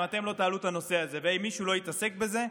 אם אתם לא תעלו את הנושא הזה ואם מישהו לא יתעסק בזה,